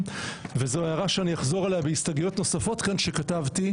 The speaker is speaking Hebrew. וזו הערה שאני אחזור עליה בהסתייגויות נוספות כאן שכתבתי.